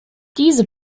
diese